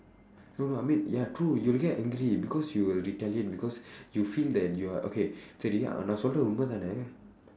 no no I mean ya true you will get angry because you will retaliate because you feel that you are okay சரி நான் சொல்லுறது உண்மை தானே:sari naan sollurathu unmai thaanee